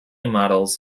models